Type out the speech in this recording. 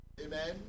Amen